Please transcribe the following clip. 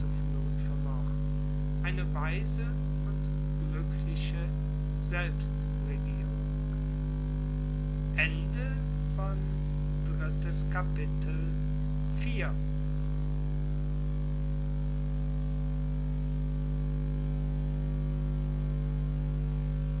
vermocht eine weise und glueckliche selbstregierung